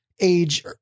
age